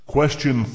Question